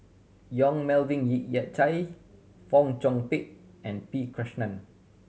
Yong Melvin Ye Yik Chye Fong Chong Pik and P Krishnan